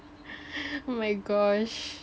oh my gosh